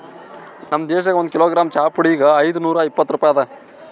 ನಮ್ ದೇಶದಾಗ್ ಒಂದು ಕಿಲೋಗ್ರಾಮ್ ಚಹಾ ಪುಡಿಗ್ ಐದು ನೂರಾ ಇಪ್ಪತ್ತು ರೂಪಾಯಿ ಅದಾ